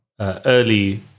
early